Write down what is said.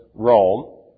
Rome